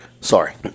Sorry